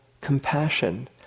compassion